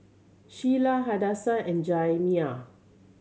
Shyla Hadassah and Jaimie